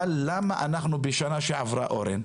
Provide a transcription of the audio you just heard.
אבל למה אנחנו בשנה שעברה, אורן,